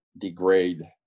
degrade